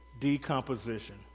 Decomposition